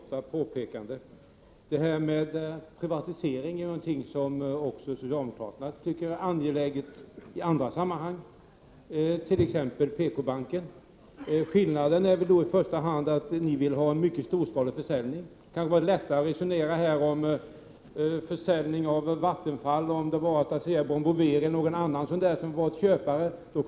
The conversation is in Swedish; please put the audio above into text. Herr talman! Bara helt kort ett par påpekanden till Åke Wictorsson. I andra sammanhang tycker också socialdemokraterna att det är angeläget med en privatisering. Jag tänker då på exempelvis affären med PKbanken. Prot. 1987/88:135 Skillnaden är bara den att ni vill ha en mycket storskalig försäljning. Kanske hade det varit lättare att resonera om en försäljning av Vattenfall, om det var t.ex. ASEA-Brown Bovery som var intresserat av att köpa företaget.